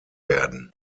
werden